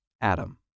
Adam